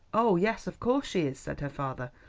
oh, yes, of course she is, said her father,